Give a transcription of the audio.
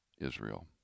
Israel